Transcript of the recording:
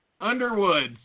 Underwoods